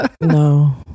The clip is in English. No